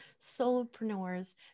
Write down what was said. solopreneurs